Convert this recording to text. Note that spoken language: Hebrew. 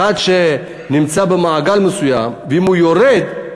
אחד שנמצא במעגל מסוים, אם הוא יורד,